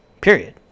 Period